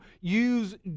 use